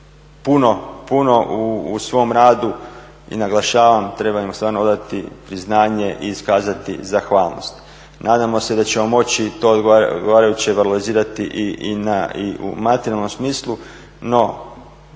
puno u svom radu i naglašavam treba im stvarno odati priznanje i iskazati zahvalnost. Nadamo se da ćemo moći to odgovarajuće valorizirati i na materijalnom smislu. No,